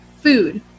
food